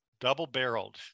double-barreled